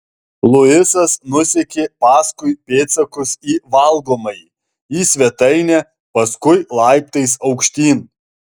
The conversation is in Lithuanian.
luisas nusekė paskui pėdsakus į valgomąjį į svetainę paskui laiptais aukštyn